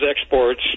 exports